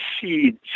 seeds